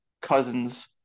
cousins